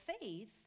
faith